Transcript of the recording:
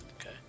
Okay